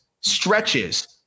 stretches